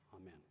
Amen